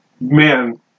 man